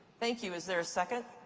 thank you. is there a second?